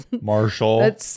Marshall